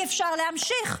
אי-אפשר להמשיך.